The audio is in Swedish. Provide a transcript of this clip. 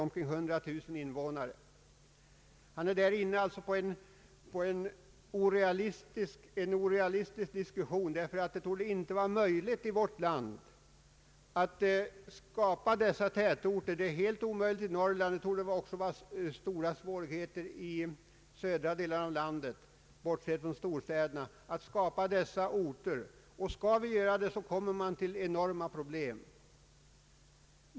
Men statsrådet är då inne på en orealistisk tankegång, därför att det inte torde vara möjligt att skapa sådana tätorter i vårt land. Det är helt omöjligt i Norrland, och det torde också möta stora svårigheter i de södra delarna av landet. Skall man göra det kommer man att få enorma problem.